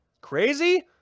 crazy